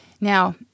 Now